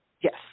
Yes